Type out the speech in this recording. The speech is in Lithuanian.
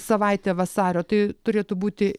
savaitė vasario tai turėtų būti